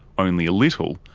only a little,